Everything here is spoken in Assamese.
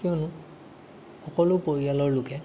কিয়নো সকলো পৰিয়ালৰ লোকে